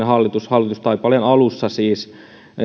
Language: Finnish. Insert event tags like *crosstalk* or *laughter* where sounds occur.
*unintelligible* hallitus hallitustaipaleen alussa siis